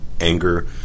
anger